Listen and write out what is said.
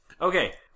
Okay